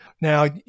Now